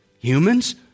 Humans